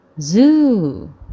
Zoo